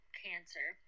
cancer